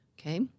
Okay